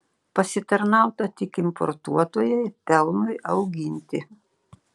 pasitarnauta tik importuotojai pelnui auginti